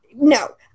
No